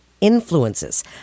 influences